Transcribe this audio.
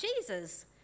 Jesus